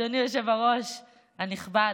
אדוני היושב-ראש הנכבד,